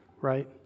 right